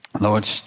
Lord